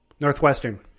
Northwestern